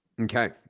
Okay